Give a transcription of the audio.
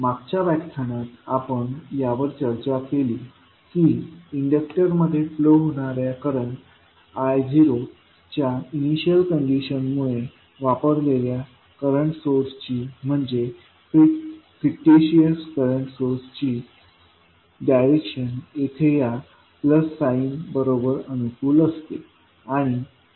मागच्या व्याख्यानात आपण यावर चर्चा केली की इंडक्टरमध्ये फ्लो होणाऱ्या करंट i च्या इनिशियल कंडीशनमुळे वापरलेल्या करंट सोर्सची म्हणजेच फिक्टिशस करंट सोर्स ची डायरेक्शन येथे या प्लस साईन बरोबर अनुकूल असते